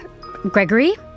Gregory